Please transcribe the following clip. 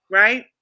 right